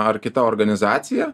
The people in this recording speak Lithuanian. ar kita organizacija